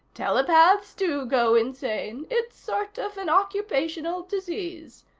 telepaths do go insane it's sort of an occupational disease.